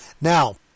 Now